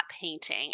painting